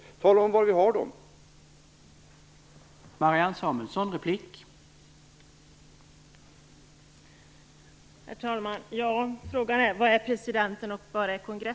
Tala om var de finns!